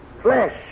flesh